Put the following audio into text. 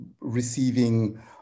receiving